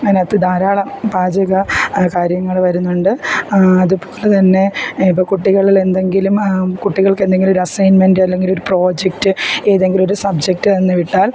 അതിനകത്ത് ധാരാളം പാചക കാര്യങ്ങൾ വരുന്നുണ്ട് അതുപോലെ തന്നെ ഇപ്പോൾ കുട്ടികളിൽ എന്തെങ്കിലും കുട്ടികൾക്ക് എന്തെങ്കിലും ഒരു അസൈൻമെൻറ് അല്ലെങ്കിലൊരു പ്രോജക്റ്റ് ഏതെങ്കിലൊരു സബ്ജക്റ്റ് തന്ന് വിട്ടാൽ